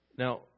Now